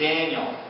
Daniel